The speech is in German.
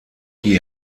die